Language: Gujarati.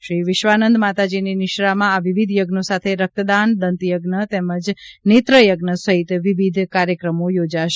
શ્રી વિશ્વાનંદ માતાજીની નિશ્રામાં આ વિવિધ યજ્ઞો સાથે રક્તદાન દંતયજ્ઞ નેત્રયજ્ઞ સહિત વિવિધ કાર્યક્રમો યોજાશે